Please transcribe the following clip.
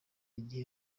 igihe